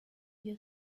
you